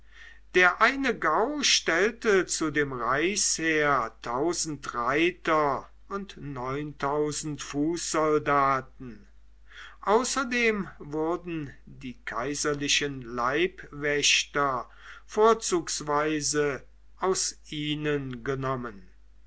der eine gau stellte zu dem reichs reiter und fußsoldaten außerdem wurden die kaiserlichen leibwächter vorzugsweise aus ihnen genommen